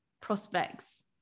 prospects